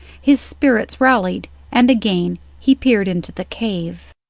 his spirits rallied, and again he peered into the cave.